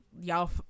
Y'all